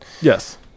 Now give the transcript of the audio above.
Yes